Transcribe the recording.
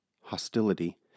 hostility